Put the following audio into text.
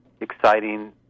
exciting